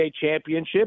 championship